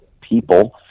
people